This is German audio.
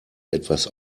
etwas